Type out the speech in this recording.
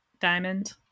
diamond